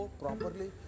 properly